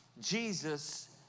Jesus